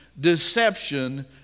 deception